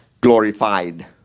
glorified